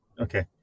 Okay